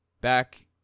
back